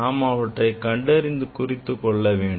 நாம் அவற்றை கண்டறிந்து குறித்துக்கொள்ள வேண்டும்